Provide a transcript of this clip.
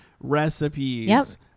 recipes